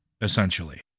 essentially